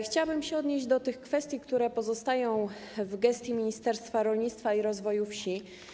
Chciałabym się odnieść do kwestii, które pozostają w gestii Ministerstwa Rolnictwa i Rozwoju Wsi.